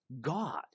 God